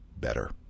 better